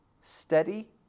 steady